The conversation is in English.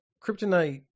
Kryptonite